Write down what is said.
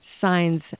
signs